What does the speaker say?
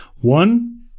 One